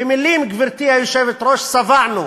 ומילים, גברתי היושבת-ראש, שבענו.